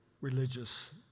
religious